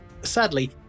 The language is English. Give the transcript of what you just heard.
Sadly